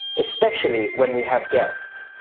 especially when we have guests.